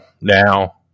Now